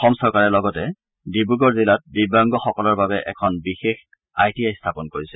অসম চৰকাৰে লগতে ডিব্ৰুগড় জিলাত দিব্যাংগসকলৰ বাবে এখন বিশেষ আই টি আই স্থাপন কৰিছে